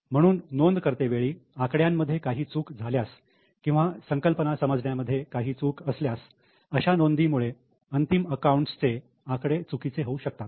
म्हणून नोंद करते वेळी आकड्यांमध्ये काही चूक झाल्यास किंवा संकल्पना समजण्या मध्ये काही चूक असल्यास अशा नोंदी मुळे अंतिम अकाउंट्सचे आकडे चुकीचे होऊ शकतील